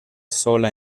sola